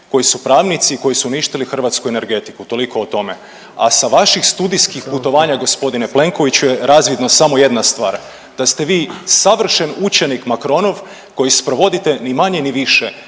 koji su pravnici i koji su uništili hrvatsku energetiku, toliko o tome. A sa vaših studijskih putovanja g. Plenkoviću je razvidno samo jedna stvar, da ste vi savršen učenik Macronov koji sprovodite ni manje ni više